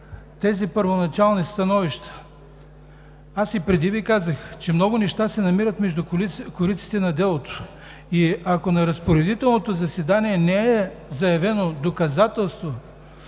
тези първоначални становища. Аз и преди Ви казах, че много неща се намират между кориците на делото и ако на разпоредителното заседание не е заявено доказателство,